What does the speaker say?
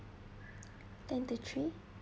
twenty three